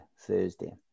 Thursday